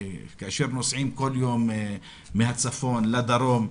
כאשר נוסעים בכל יום מהצפון לדרום,